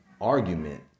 argument